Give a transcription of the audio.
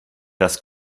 das